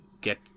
get